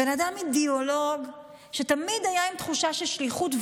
בן אדם אידיאולוג, שתמיד היה עם תחושה של שליחות.